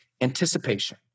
Anticipation